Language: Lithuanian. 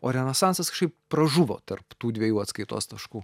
o renesansas kažkaip pražuvo tarp tų dviejų atskaitos taškų